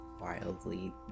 wildly